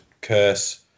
curse